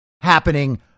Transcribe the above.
happening